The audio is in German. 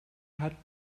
hat